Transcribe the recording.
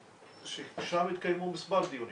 שם התקיימו מספר דיונים,